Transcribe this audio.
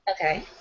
Okay